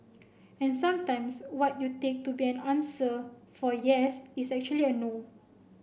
and sometimes what you take to be an answer for yes is actually a no